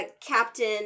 Captain